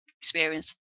experience